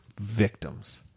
victims